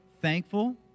thankful